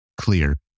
clear